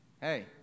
hey